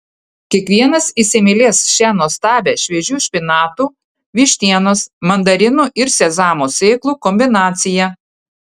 kiekvienas įsimylės šią nuostabią šviežių špinatų vištienos mandarinų ir sezamo sėklų kombinaciją